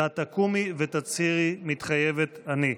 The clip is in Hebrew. ואת תקומי ותצהירי: "מתחייבת אני".